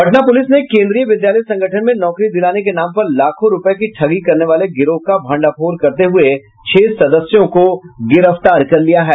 Patna police ने केंद्रीय विद्यालय संगठन में नौकरी दिलाने के नाम पर लाखों रुपये की ठगी करने वाले गिरोह का भंडाफोड़ करते हुये छह सदस्यों को गिरफ्तार कर लिया है